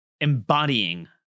embodying